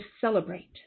celebrate